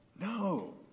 No